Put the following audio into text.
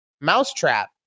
Mousetrap